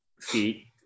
feet